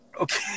Okay